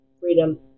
freedom